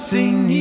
Sing